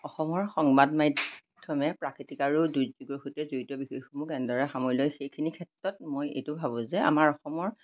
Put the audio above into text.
অসমৰ সংবাদ মাধ্যমে প্ৰাকৃতিক আৰু দুৰ্যোগৰ সৈতে জড়িত বিষয়সমূহ কেনেদৰে সামৰি লয় সেইখিনি ক্ষেত্ৰত মই এইটো ভাবোঁ যে আমাৰ অসমৰ